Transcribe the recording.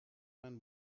man